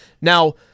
Now